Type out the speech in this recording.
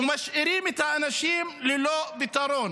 ומשאירים את האנשים ללא פתרון.